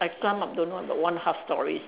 I climbed up don't know about one half stories